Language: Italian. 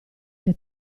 che